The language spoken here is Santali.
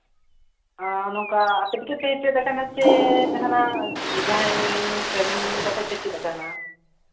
ᱚᱸᱻ ᱱᱚᱝᱠᱟ ᱟᱯᱮ ᱛᱮᱜᱮ ᱯᱮ ᱪᱮᱫ ᱠᱟᱱᱟ ᱥᱮ ᱡᱟᱦᱟᱱᱟᱜ ᱡᱟᱦᱟᱸᱭ ᱴᱨᱮᱱᱤᱝ ᱠᱟᱛᱮ ᱯᱮ ᱪᱮᱫ ᱠᱟᱱᱟ